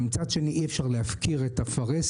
אבל מצד שני אי אפשר להפקיר את הפרהסיה